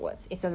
mm